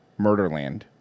Murderland